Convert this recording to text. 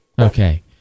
Okay